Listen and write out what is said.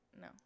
No